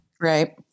Right